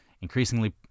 increasingly